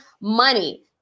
Money